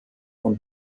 und